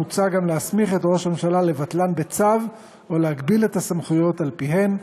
מוצע גם להסמיך את ראש הממשלה לבטלן בצו או להגביל את הסמכויות על פיהן.